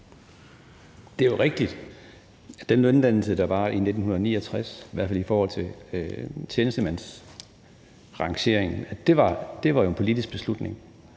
Det er jo rigtigt, at den løndannelse, der var i 1969, i hvert fald i forhold til tjenestemandsrangeringen, var en politisk beslutning.